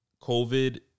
COVID